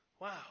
Wow